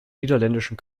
niederländischen